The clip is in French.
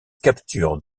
capturent